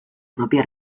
propia